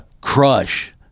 Crush